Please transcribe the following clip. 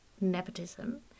nepotism